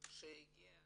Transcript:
שהגיע